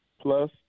plus